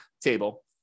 table